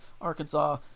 Arkansas